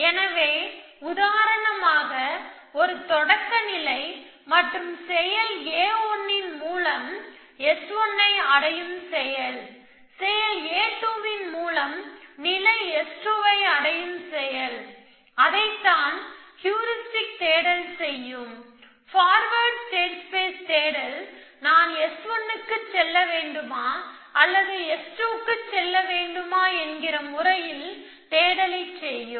எனவே உதாரணமாக ஒரு தொடக்க நிலை மற்றும் செயல் A1 ன் மூலம் நிலை S1 ஐ அடையும் செயல் செயல் A2 ன் மூலம் நிலை S2 ஐ அடையும் செயல் அதைத்தான் ஹியூரிஸ்டிக் தேடல் செய்யும் ஃபார்வேர்டு ஸ்டேட் ஸ்பேஸ் தேடல் நான் S1 க்குச் வேண்டுமா அல்லது S2 க்குச் செல்ல வேண்டுமா என்கிற முறையில் தேடலை செய்யும்